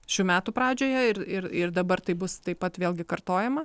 šių metų pradžioje ir ir ir dabar taip bus taip pat vėlgi kartojama